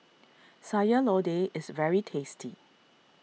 Sayur Lodeh is very tasty